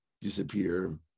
disappear